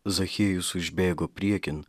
zachiejus užbėgo priekin